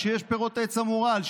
שיש פירות עץ המורעל,